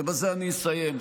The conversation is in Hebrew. ובזה אני אסיים.